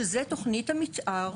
שזו תוכנית המתאר